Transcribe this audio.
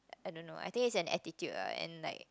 I don't know I think it's an attitude ah and like